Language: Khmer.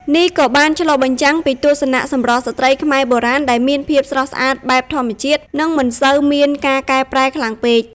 នេះក៏បានឆ្លុះបញ្ចាំងពីទស្សនៈសម្រស់ស្រ្តីខ្មែរបុរាណដែលមានភាពស្រស់ស្អាតបែបធម្មជាតិ និងមិនសូវមានការកែប្រែខ្លាំងពេក។